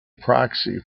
proxy